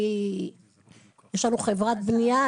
אני יש לנו חברת בנייה,